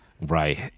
Right